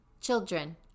Children